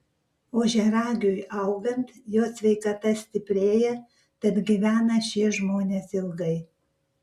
ožiaragiui augant jo sveikata stiprėja tad gyvena šie žmonės ilgai